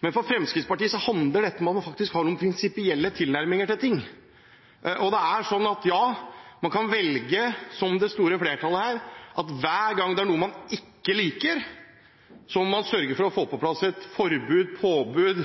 Men for Fremskrittspartiet handler dette om at man har noen prinsipielle tilnærminger til ting. Ja, man kan velge – som det store flertallet her – at hver gang det er noe man ikke liker, må man sørge for å få på plass et forbud eller påbud